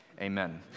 Amen